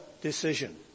decision